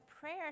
prayer